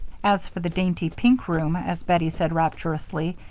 as for the dainty pink room, as bettie said rapturously,